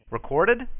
Recorded